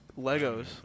Legos